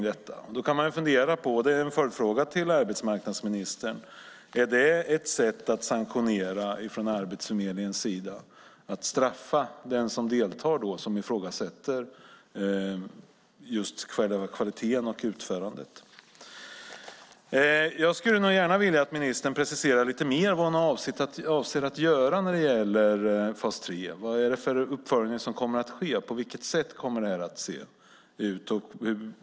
Då kan vi fundera på - och det är en följdfråga till arbetsmarknadsministern - om det är ett sätt att sanktionera från Arbetsförmedlingens sida, att straffa den som deltar och som ifrågasätter kvaliteten och utförandet. Jag skulle gärna vilja att ministern preciserade lite mer vad hon avser att göra när det gäller fas 3. Vad är det för uppföljning som kommer att ske? På vilket sätt kommer det att se ut?